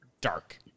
dark